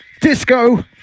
Disco